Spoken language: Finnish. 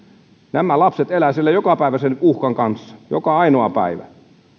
nämä lapset elävät siellä jokapäiväisen uhkan kanssa joka ainoa päivä